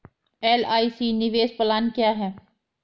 LIC निवेश plan क्या है?